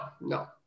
no